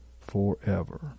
forever